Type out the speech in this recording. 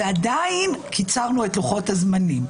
ועדיין קיצרנו את לוחות הזמנים.